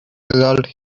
result